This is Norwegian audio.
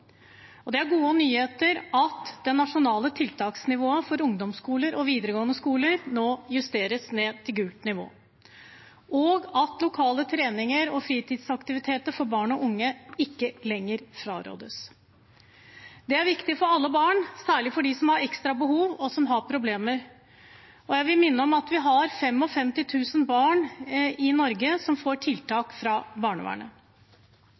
det mulig. Det er gode nyheter at det nasjonale tiltaksnivået for ungdomsskoler og videregående skoler nå nedjusteres til gult nivå, og at lokale treninger og fritidsaktiviteter for barn og unge ikke lenger frarådes. Det er viktig for alle barn, særlig for dem som har ekstra behov, eller som har problemer. Jeg vil minne om at vi har 55 000 barn i Norge som får tiltak fra barnevernet.